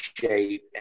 shape